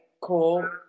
cool